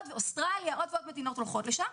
אוסטרליה עוד ועוד מדינות הולכות לשם.